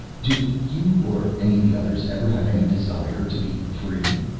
do you or any of the others ever have any desire to be free?